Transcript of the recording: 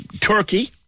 Turkey